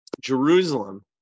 Jerusalem